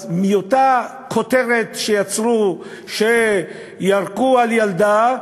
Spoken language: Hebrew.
אז מאותה כותרת שיצרו, שירקו על ילדה,